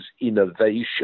innovation